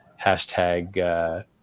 hashtag